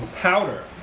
powder